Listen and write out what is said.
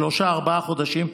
שלושה-ארבעה חודשים.